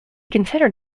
considered